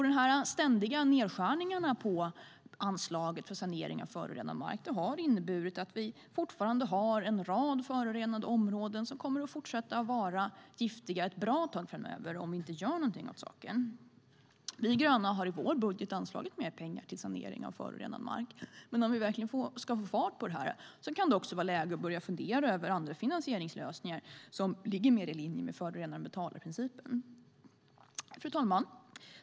De ständiga nedskärningarna på anslaget till sanering av förorenad mark har inneburit att vi fortfarande har en rad förorenade områden som kommer att fortsätta att vara giftiga ett bra tag framöver om vi inte gör någonting åt saken. Vi gröna har i vår budget anslagit mer pengar till sanering av förorenad mark. Men om vi verkligen ska få fart på detta kan det också vara läge att börja fundera över andra finansieringslösningar som ligger mer i linje med förorenaren-betalar-principen. Fru talman!